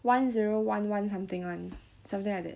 one zero one one something one something like that